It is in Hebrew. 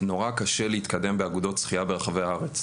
נורא קשה להתקדם באגודות שחייה ברחבי הארץ,